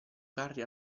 carri